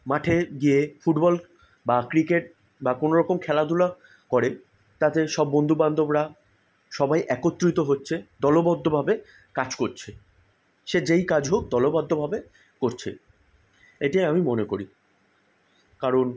মাঠে গিয়ে ফুটবল বা ক্রিকেট বা কোনো রকম খেলাধুলা করে তাতে সব বন্ধুবান্ধবরা সবাই একত্রিত হচ্ছে দলবদ্ধভাবে কাজ করছে সে যেই কাজ হোক দলবদ্ধভাবে করছে এটাই আমি মনে করি কারণ